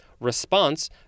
Response